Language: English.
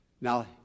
Now